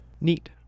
Neat